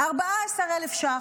14,000 שקל.